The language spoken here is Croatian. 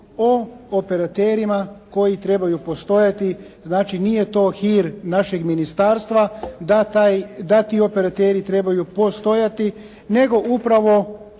o operaterima koji trebaju postojati. Znači nije to hir našeg ministarstva da ti operateri trebaju postojati, nego upravo